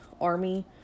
army